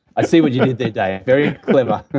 i see what you did there, dave. very clever